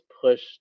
push